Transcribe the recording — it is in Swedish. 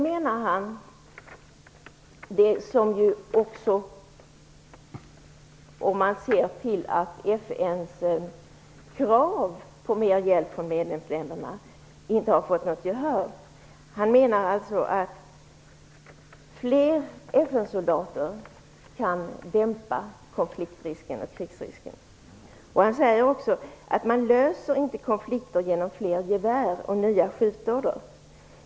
FN:s krav på mer hjälp från medlemsländerna har inte fått något gehör. Han menar alltså att fler FN-soldater kan dämpa konflikt och krigsrisken. Galtung säger också att man inte löser konflikter genom fler gevär och nya skjutorder.